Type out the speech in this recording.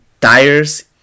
tires